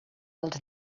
els